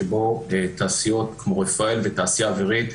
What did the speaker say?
שבו תעשיות כמו רפאל והתעשייה האווירית,